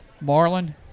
marlin